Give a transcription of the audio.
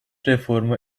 reformu